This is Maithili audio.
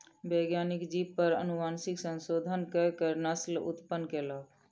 वैज्ञानिक जीव पर अनुवांशिक संशोधन कअ के नस्ल उत्पन्न कयलक